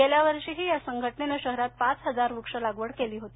गेल्या वर्षीही या संघटनेनं शहरात पाच हजार वृक्ष लागवड केली होती